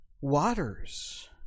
waters